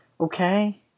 okay